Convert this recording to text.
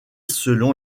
selon